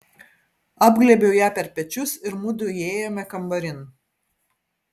apglėbiau ją per pečius ir mudu įėjome kambarin